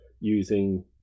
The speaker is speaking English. using